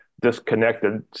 disconnected